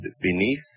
beneath